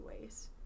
ways